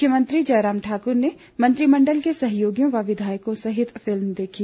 मुख्यमंत्री जय राम ठाकुर ने मंत्रिमण्डल के सहयोगियों व विधायकों सहित फिल्म देखी